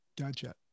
Gotcha